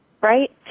right